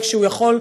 וכשהוא יכול,